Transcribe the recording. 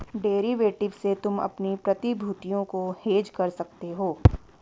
derivative से तुम अपनी प्रतिभूतियों को हेज कर सकते हो